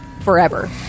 forever